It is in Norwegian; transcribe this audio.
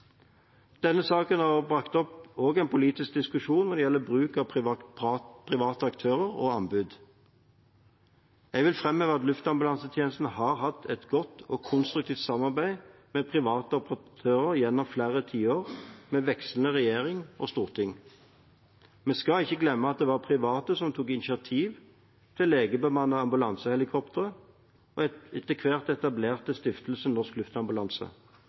Denne saken har også bragt opp en politisk diskusjon når det gjelder bruk av private aktører og anbud. Jeg vil framheve at Luftambulansetjenesten har hatt et godt og konstruktivt samarbeid med private operatører gjennom flere tiår med vekslende regjeringer og storting. Vi skal ikke glemme at det var private som tok initiativ til legebemannet ambulansehelikopter og etter hvert etablerte Stiftelsen Norsk Luftambulanse.